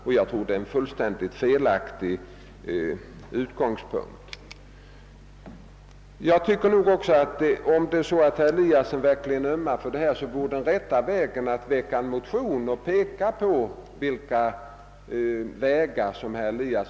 Jag tror att detta är en fullständigt felaktig utgångspunkt. Om herr Eliasson verkligen ömmar för detta, tycker jag att den rätta vägen att gå vore att väcka en motion i ärendet.